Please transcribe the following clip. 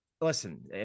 listen